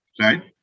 right